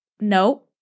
no